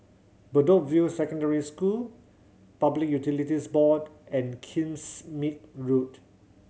Bedok View Secondary School Public Utilities Board and Kingsmead Road